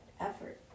effort